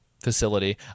facility